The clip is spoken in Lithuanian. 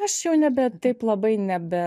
aš jau nebe taip labai nebe